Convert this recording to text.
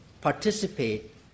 participate